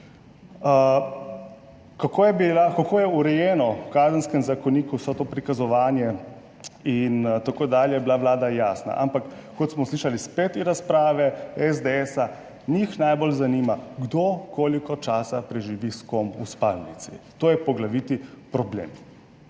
Kako je urejeno v Kazenskem zakoniku vso to prikazovanje in tako dalje, je bila vlada jasna, ampak kot smo spet slišali iz razprave SDS, njih najbolj zanima, kdo koliko časa preživi s kom v spalnici. To je poglavitni problem,